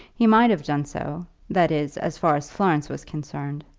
he might have done so that is, as far as florence was concerned.